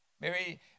Mary